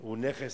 היא נכס